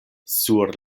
sur